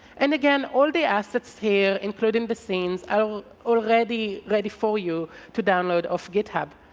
and again, all the assets here including the scenes are already ready for you to download off github.